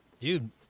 Dude